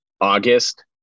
August